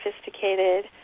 sophisticated